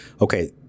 okay